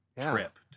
trip